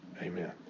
Amen